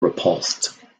repulsed